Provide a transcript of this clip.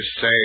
say